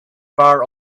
bar